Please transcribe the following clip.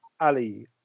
Ali